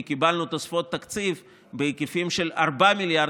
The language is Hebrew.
כי קיבלנו תוספות תקציב בהיקפים של 4 מיליארד